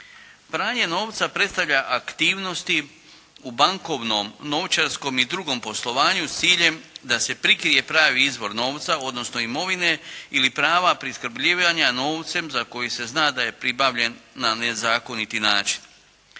Pranje novca predstavlja aktivnosti u bankovnom, novčarskom i drugom poslovanju s ciljem da se prikrije pravi izvor novca, odnosno imovine ili prava priskrbljivanja novcem za koji se zna da je pribavljen na nezakoniti način.